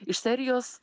iš serijos